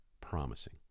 promising